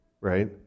right